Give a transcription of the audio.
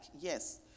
Yes